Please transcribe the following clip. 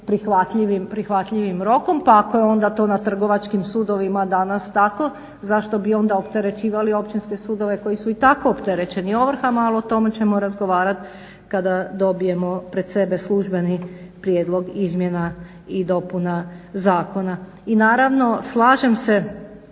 prihvatljivim rokom. Pa onda ako je to na trgovačkim sudovima danas tako zašto bi onda opterećivali općinske sudove koji su i tako opterećeni ovrhama. Ali o tome ćemo razgovarati kada dobijemo pred sebe službeni prijedlog izmjena i dopuna zakona. I naravno slažem se